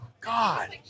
God